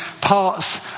parts